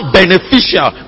beneficial